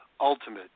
Ultimate